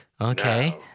Okay